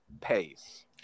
pace